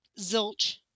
Zilch